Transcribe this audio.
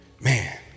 man